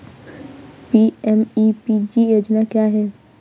PMEPG योजना क्या है?